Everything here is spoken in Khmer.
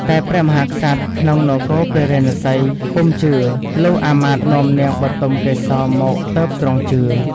តែព្រះមហាក្សត្រក្នុងនគរពារាណសីពុំជឿ លុះអាមាត្យនាំនាងបុទមកេសរមកទើបទ្រង់ជឿ។